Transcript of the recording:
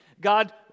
God